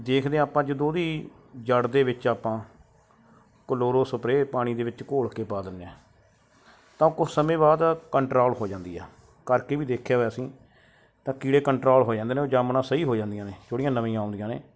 ਦੇਖਦੇ ਹਾਂ ਆਪਾਂ ਜਦੋਂ ਉਹਦੀ ਜੜ੍ਹ ਦੇ ਵਿੱਚ ਆਪਾਂ ਕਲੋਰੋ ਸਪਰੇ ਪਾਣੀ ਦੇ ਵਿੱਚ ਘੋਲ ਕੇ ਪਾ ਦਿੰਦੇ ਹਾਂ ਤਾਂ ਕੁਛ ਸਮੇਂ ਬਾਅਦ ਕੰਟਰੋਲ ਹੋ ਜਾਂਦੀ ਆ ਕਰਕੇ ਵੀ ਦੇਖਿਆ ਹੋਇਆ ਅਸੀਂ ਤਾਂ ਕੀੜੇ ਕੰਟਰੋਲ ਹੋ ਜਾਂਦੇ ਨੇ ਉਹ ਜਾਮਣਾਂ ਸਹੀ ਹੋ ਜਾਂਦੀਆਂ ਨੇ ਜਿਹੜੀਆਂ ਨਵੀਆਂ ਆਉਂਦੀਆਂ ਨੇ